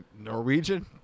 Norwegian